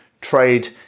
trade